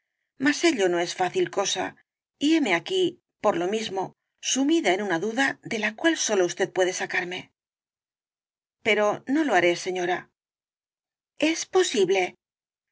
mas ello no es fácil cosa y heme aquí por lo mismo sumida en una duda de la cual sólo usted puede sacarme pero no lo haré señora es posible